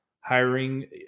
hiring